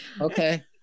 okay